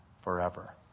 forever